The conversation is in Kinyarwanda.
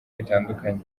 bitandukanye